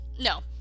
No